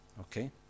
Okay